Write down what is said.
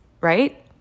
right